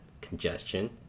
congestion